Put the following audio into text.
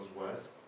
west